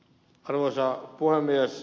arvoisa puhemies